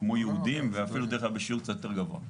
כמו יהודים, ואפילו דרך אגב בשיעור קצת יותר גבוה.